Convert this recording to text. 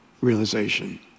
realization